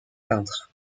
peintre